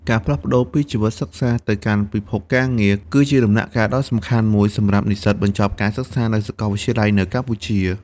ការផ្លាស់ប្តូរពីជីវិតសិក្សាទៅកាន់ពិភពការងារ គឺជាដំណាក់កាលដ៏សំខាន់មួយសម្រាប់និស្សិតបញ្ចប់ការសិក្សានៅសាកលវិទ្យាល័យនៅកម្ពុជា។